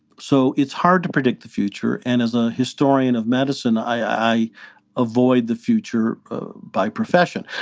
so it's hard to predict the future. and as a historian of medicine, i avoid the future by profession.